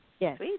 Yes